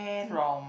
from